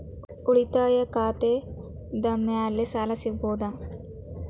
ಉಳಿತಾಯ ಖಾತೆದ ಮ್ಯಾಲೆ ಸಾಲ ಸಿಗಬಹುದಾ?